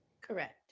Correct